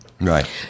Right